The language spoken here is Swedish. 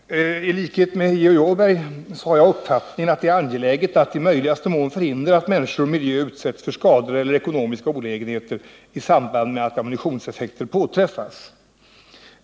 Herr talman! I likhet med Georg Åberg har jag uppfattningen att det är angeläget att i möjligaste mån förhindra att människor och miljö utsätts för skador eller ekonomiska olägenheter i samband med att ammunitionseffekter påträffas.